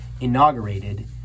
inaugurated